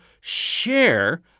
share